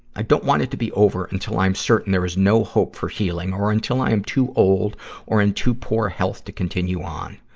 i don't want it to be over until i'm certain there is no hope for healing or until i am too old or in too poor health to continue on.